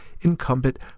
incumbent